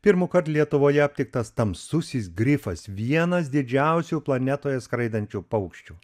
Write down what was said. pirmąkart lietuvoje aptiktas tamsusis grifas vienas didžiausių planetoje skraidančių paukščių